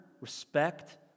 respect